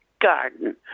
garden